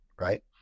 right